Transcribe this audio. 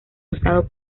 usado